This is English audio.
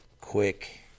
quick